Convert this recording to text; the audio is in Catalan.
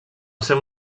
seu